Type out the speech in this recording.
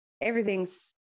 everything's